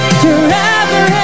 forever